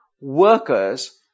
workers